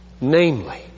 Namely